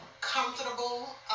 comfortable